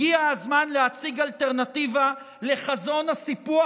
הגיע הזמן להציג אלטרנטיבה לחזון הסיפוח